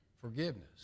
Forgiveness